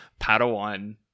Padawan